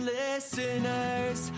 listeners